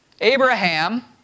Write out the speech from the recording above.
Abraham